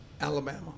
Alabama